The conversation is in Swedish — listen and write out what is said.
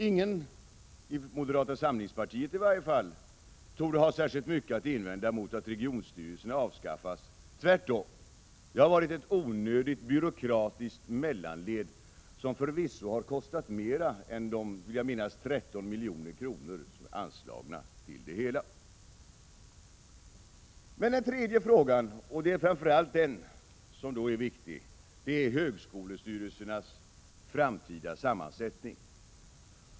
Ingen, i varje fall inte inom moderata samlingspartiet, torde ha särskilt mycket att invända mot att regionstyrelserna avskaffas, tvärtom. De har inneburit ett onödigt byråkratiskt mellanled som förvisso har kostat mera än de, vill jag minnas, 13 milj.kr. som är anslagna till det hela. Men den tredje frågan, och det är framför allt den som är viktig, gäller högskolestyrelsernas framtida sammansättning.